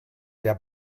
der